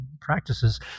practices